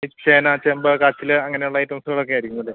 ചേന ചേമ്പ് കാച്ചിൽ അങ്ങനെയുള്ള ഐറ്റംസുകളൊക്കെ ആയിരിക്കും അല്ലേ